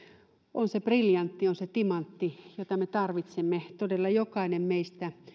on se briljantti on se timantti jota me tarvitsemme todella jokainen meistä